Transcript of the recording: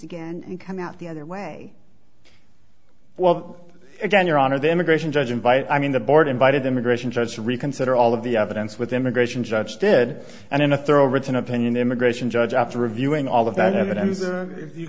again and come out the other way well again your honor the immigration judge invite i mean the board invited immigration judge to reconsider all of the evidence with immigration judge did and in a thorough written opinion immigration judge after reviewing all of that